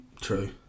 true